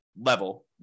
level